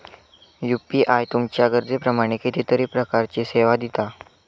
UPI तुमच्या गरजेप्रमाण कितीतरी प्रकारचीं सेवा दिता